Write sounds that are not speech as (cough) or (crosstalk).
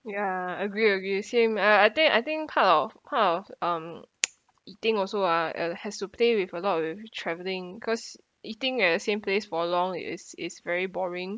ya agree agree same uh I think I think part of part of um (noise) eating also ah uh has to play with a lot of travelling because eating at the same place for long is is very boring